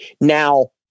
Now